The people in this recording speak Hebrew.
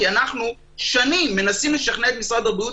כי אנחנו שנים מנסים לשכנע את משרד הבריאות,